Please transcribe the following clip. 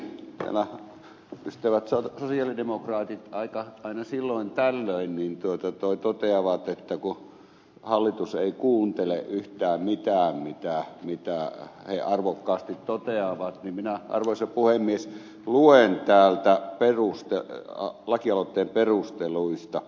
kun täällä ystävät sosialidemokraatit aina silloin tällöin toteavat että hallitus ei kuuntele yhtään mitään mitä he arvokkaasti toteavat niin minä arvoisa puhemies luen täältä lakialoitteen perusteluista